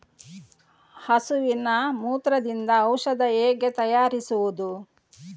ಹಸುವಿನ ಮೂತ್ರದಿಂದ ಔಷಧ ಹೇಗೆ ತಯಾರಿಸುವುದು?